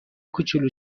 کوچولو